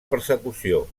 persecució